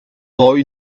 boy